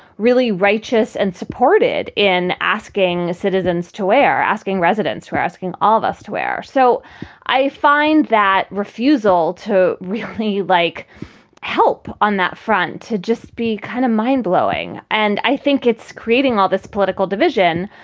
really righteous and supported in asking citizens to air, asking residents, we're asking all of us to wear. so i find that refusal to really like help on that front to just be kind of mind blowing. and i think it's creating all this political division.